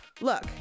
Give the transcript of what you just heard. Look